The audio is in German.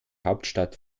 hauptstadt